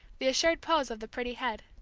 the assured pose of the pretty head.